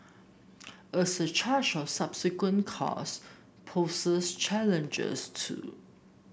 a surcharge on subsequent cars poses challenges too